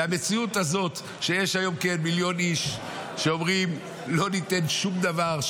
והמציאות הזאת שיש היום כמיליון איש שאומרים: לא ניתן שום דבר,